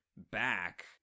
back